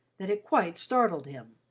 that it quite startled him.